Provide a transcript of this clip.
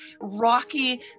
rocky